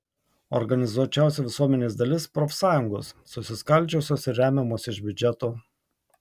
organizuočiausia visuomenės dalis profsąjungos susiskaldžiusios ir remiamos iš biudžeto